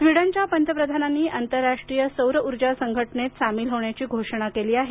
स्वीडनच्या पंतप्रधानांनी आंतरराष्ट्रीय सौर उर्जा संघटनेत सामील होण्याची घोषणा केली आहे